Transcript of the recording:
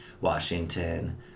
Washington